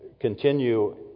continue